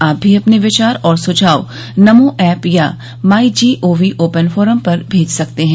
आप भी अपने विचार और सुझाव नमो ऐप या माई जीओवी ओपन फोरम पर भेज सकते हैं